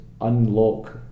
unlock